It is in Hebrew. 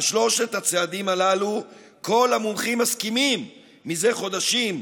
על שלושת הצעדים הללו כל המומחים מסכימים מזה חודשים,